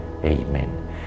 Amen